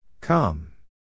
come